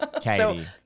Katie